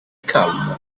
calmo